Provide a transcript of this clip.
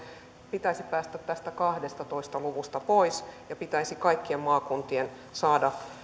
pitäisi päästä tästä luvusta kaksitoista pois ja kaikkien maakuntien pitäisi saada